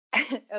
Okay